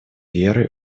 верой